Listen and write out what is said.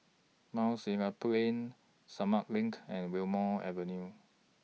Mount Sinai Plain Sumang LINK and Wilmonar Avenue